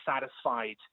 satisfied